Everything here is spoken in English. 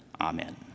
Amen